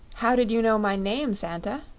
how did you know my name, santa?